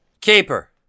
Keeper